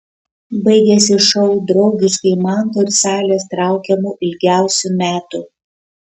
baigėsi šou draugiškai manto ir salės traukiamu ilgiausių metų